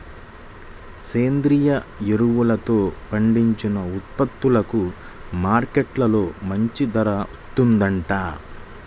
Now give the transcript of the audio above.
సేంద్రియ ఎరువులతో పండించిన ఉత్పత్తులకు మార్కెట్టులో మంచి ధర వత్తందంట